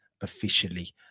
officially